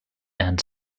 and